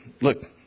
look